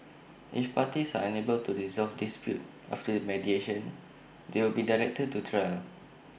if parties are unable to resolve disputes after mediation they will be directed to A trial